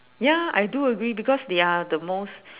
ya I do agree because they are the most